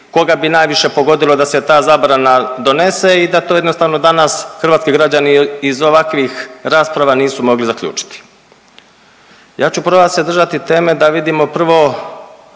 koga bi najviše pogodilo da se ta zabrana donese i da to jednostavno danas hrvatski građani iz ovakvih rasprava nisu mogli zaključiti. Ja ću probati se držati teme da vidimo prvo